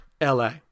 la